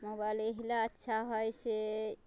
mobile एहिले अच्छा है से